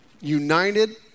united